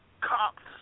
Cops